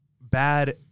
bad